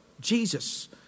Jesus